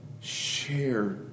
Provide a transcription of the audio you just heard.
share